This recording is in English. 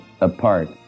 apart